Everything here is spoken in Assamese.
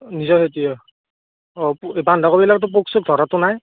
নিজৰ খেতি অ অ বন্ধাকবিবিলাকততো পোক চোক ধৰাতো নাই